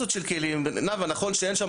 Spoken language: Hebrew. שמעתי את כולכם ונתתי לכם